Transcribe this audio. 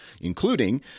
including